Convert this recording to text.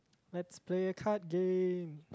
let's play card game